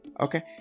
Okay